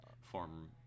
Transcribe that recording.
form